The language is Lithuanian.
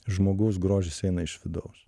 žmogaus grožis eina iš vidaus